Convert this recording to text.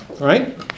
right